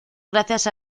gracias